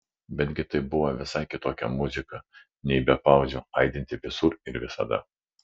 betgi tai buvo visai kitokia muzika nei be pauzių aidinti visur ir visada